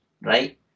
right